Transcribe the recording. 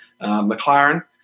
McLaren